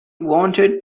wanted